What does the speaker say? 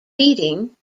meeting